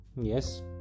yes